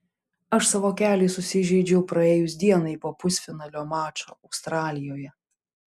aš savo kelį susižeidžiau praėjus dienai po pusfinalio mačo australijoje